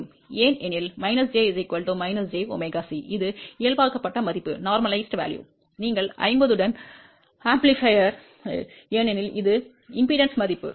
ஏனெனில் −z −jωC இது இயல்பாக்கப்பட்ட மதிப்பு நீங்கள் 50 உடன் பெருக்கினீர்கள் ஏனெனில் இது மின்மறுப்பு மதிப்பு